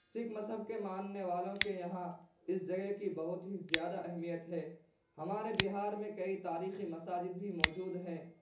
سکھ مذہب کے ماننے والوں کے یہاں اس جگہ کی بہت ہی زیادہ اہمیت ہے ہمارے بہار میں کئی تاریخی مساجد بھی موجود ہیں